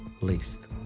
least